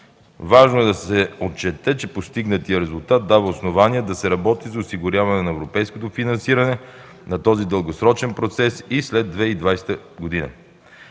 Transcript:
Важно е да се отчете, че постигнатият резултат дава основание да се работи за осигуряване на европейското финансиране на този дългосрочен процес и след 2020 г.